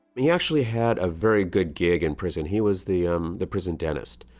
he actually had a very good gig in prison. he was the um the prison dentist.